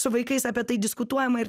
su vaikais apie tai diskutuojama ir